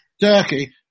Turkey